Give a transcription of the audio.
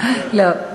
לא,